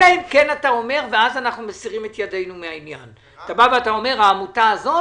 אלא אם כן אתה אומר ואז אנחנו מסירים את ידינו מהעניין שהעמותה הזאת